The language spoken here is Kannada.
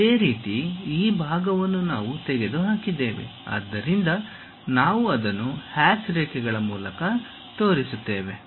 ಅದೇ ರೀತಿ ಈ ಭಾಗವನ್ನು ನಾವು ತೆಗೆದುಹಾಕಿದ್ದೇವೆ ಆದ್ದರಿಂದ ನಾವು ಅದನ್ನು ಹ್ಯಾಚ್ ರೇಖೆಗಳ ಮೂಲಕ ತೋರಿಸುತ್ತೇವೆ